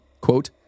quote